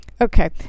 Okay